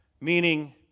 meaning